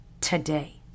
today